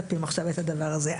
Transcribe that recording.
בווטסאפ את הדבר הזה עכשיו.